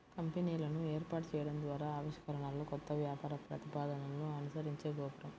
కంపెనీలను ఏర్పాటు చేయడం ద్వారా ఆవిష్కరణలు, కొత్త వ్యాపార ప్రతిపాదనలను అనుసరించే గోపురం